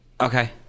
Okay